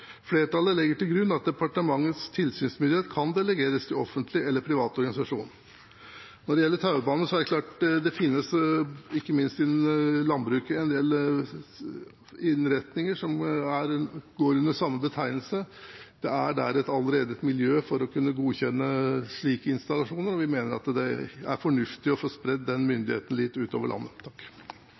Flertallet legger til grunn at departementets tilsynsmyndighet kan delegeres til offentlig eller privat organisasjon.» Når det gjelder taubane, er det klart at det finnes, ikke minst innen landbruket, en del innretninger som går under samme betegnelse. Der er det allerede et miljø for å kunne godkjenne slike installasjoner, og vi mener at det er fornuftig å få spredd den myndigheten litt utover landet.